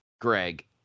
Greg